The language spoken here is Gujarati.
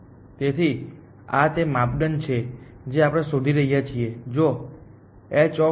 તેથી આ તે માપદંડ છે જે આપણે શોધી રહ્યા છીએ